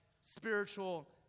spiritual